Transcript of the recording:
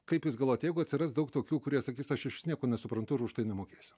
kaip jūs galvojat jeigu atsiras daug tokių kurie sakys aš išvis nieko nesuprantu ir už tai nemokėsiu